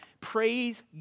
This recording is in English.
Praise